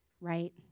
right